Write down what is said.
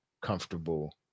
comfortable